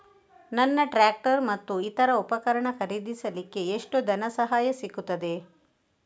ನನಗೆ ಟ್ರ್ಯಾಕ್ಟರ್ ಮತ್ತು ಇತರ ಉಪಕರಣ ಖರೀದಿಸಲಿಕ್ಕೆ ಎಷ್ಟು ಧನಸಹಾಯ ಸಿಗುತ್ತದೆ?